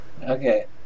Okay